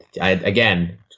again